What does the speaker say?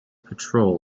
patrol